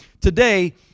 today